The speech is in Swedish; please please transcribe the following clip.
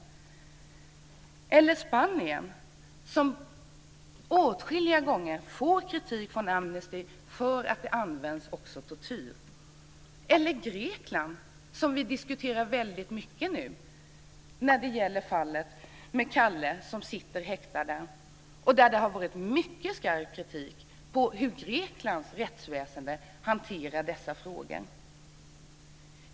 Vad gäller för Spanien, som åtskilliga gånger fått kritik från Amnesty för att tortyr används? Vad gäller för Grekland, som vi nu diskuterar väldigt mycket? Det gäller fallet med Calle, som sitter häktad där. Det har kommit mycket skarp kritik mot hur Greklands rättsväsende hanterar dessa frågor.